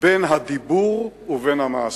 בין הדיבור ובין המעשה.